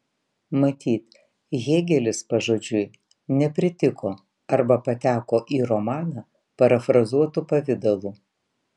matyt hėgelis pažodžiui nepritiko arba pateko į romaną parafrazuotu pavidalu